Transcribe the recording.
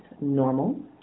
normal